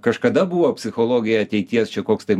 kažkada buvo psichologija ateities čia koks tai